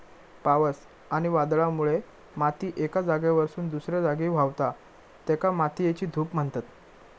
पावस आणि वादळामुळे माती एका जागेवरसून दुसऱ्या जागी व्हावता, तेका मातयेची धूप म्हणतत